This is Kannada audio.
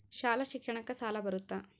ಶಾಲಾ ಶಿಕ್ಷಣಕ್ಕ ಸಾಲ ಬರುತ್ತಾ?